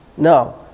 No